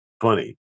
funny